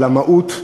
על המהות,